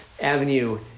avenue